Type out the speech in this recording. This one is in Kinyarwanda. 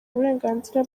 uburenganzira